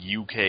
UK